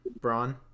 Braun